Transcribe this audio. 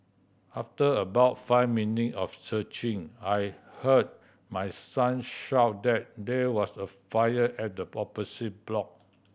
after about five minute of searching I heard my son shout that there was a fire at the opposite block